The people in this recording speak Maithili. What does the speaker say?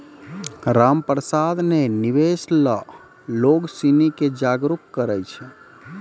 रामप्रसाद ने निवेश ल लोग सिनी के जागरूक करय छै